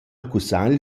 cussagl